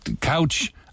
couch